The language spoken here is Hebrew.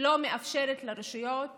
לא מאפשרת לרשויות